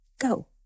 go